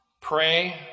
pray